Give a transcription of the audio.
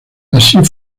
así